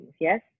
yes